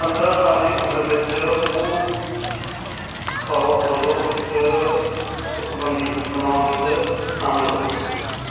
ਪੰਦਰਾਂ ਸਾਲ ਦੀ ਉਮਰ ਵਿੱਚ ਉਹ ਸਾਓ ਪੌਲੋ ਵਿੱਚ ਤੁਕਬੰਦੀ ਬਣਾਉਣ ਵਿੱਚ ਸ਼ਾਮਲ ਹੋ ਗਿਆ